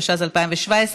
התשע"ז 2017,